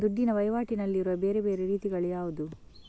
ದುಡ್ಡಿನ ವಹಿವಾಟಿನಲ್ಲಿರುವ ಬೇರೆ ಬೇರೆ ರೀತಿಗಳು ಯಾವುದು?